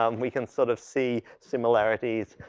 um we can sort of see similarities,